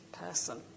person